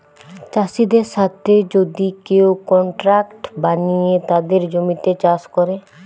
চাষিদের সাথে যদি কেউ কন্ট্রাক্ট বানিয়ে তাদের জমিতে চাষ করে